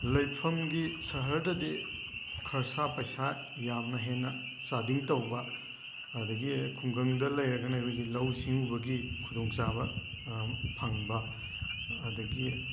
ꯂꯩꯐꯝꯒꯤ ꯁꯍꯔꯗꯗꯤ ꯈꯔꯁꯥ ꯄꯩꯁꯥ ꯌꯥꯝꯅ ꯍꯦꯟꯅ ꯆꯥꯗꯤꯡ ꯇꯧꯕ ꯑꯗꯒꯤ ꯈꯨꯡꯒꯪꯗ ꯂꯩꯔꯒꯅ ꯑꯩꯈꯣꯏꯒꯤ ꯂꯧꯎ ꯁꯤꯡꯎꯕꯒꯤ ꯈꯨꯗꯣꯡꯆꯥꯕ ꯐꯪꯕ ꯑꯗꯒꯤ